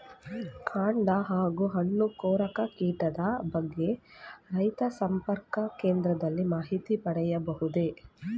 ಕಾಂಡ ಹಾಗೂ ಹಣ್ಣು ಕೊರಕ ಕೀಟದ ಬಗ್ಗೆ ರೈತ ಸಂಪರ್ಕ ಕೇಂದ್ರದಲ್ಲಿ ಮಾಹಿತಿ ಪಡೆಯಬಹುದೇ?